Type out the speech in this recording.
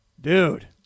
dude